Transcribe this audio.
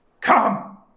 come